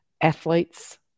athletes